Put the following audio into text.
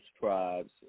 tribes